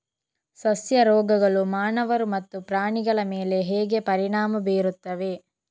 ಸಸ್ಯ ರೋಗಗಳು ಮಾನವರು ಮತ್ತು ಪ್ರಾಣಿಗಳ ಮೇಲೆ ಹೇಗೆ ಪರಿಣಾಮ ಬೀರುತ್ತವೆ